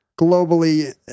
globally